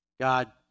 God